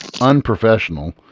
unprofessional